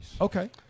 okay